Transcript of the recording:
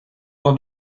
può